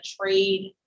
trade